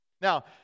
Now